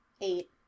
Eight